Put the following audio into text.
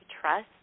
trust